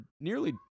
nearly